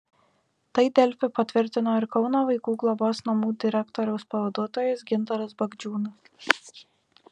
tai delfi patvirtino ir kauno vaikų globos namų direktoriaus pavaduotojas gintaras bagdžiūnas